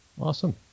Awesome